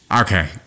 Okay